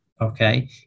okay